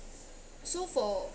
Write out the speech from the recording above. so for